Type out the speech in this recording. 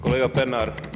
Kolega Pernar.